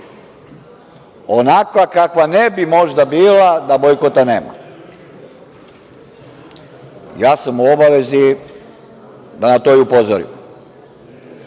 onakva kakva ne bi možda bila da bojkota nema. Ja sam u obavezi da na to upozorim. Mi